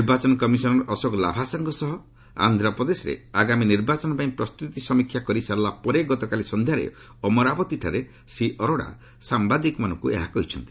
ନିର୍ବାଚନ କମିଶନର୍ ଅଶୋକ ଲାଭାସାଙ୍କ ସହ ଆନ୍ଧ୍ରପ୍ରଦେଶରେ ଆଗାମୀ ନିର୍ବାଚନପାଇଁ ପ୍ରସ୍ତୁତି ସମୀକ୍ଷା କରିସାରିଲା ପରେ ଗତକାଲି ସନ୍ଧ୍ୟାରେ ଅମରାବତୀଠାରେ ଶ୍ରୀ ଅରୋଡ଼ା ସାମ୍ଭାଦିକମାନଙ୍କ ଏହା କହିଛନ୍ତି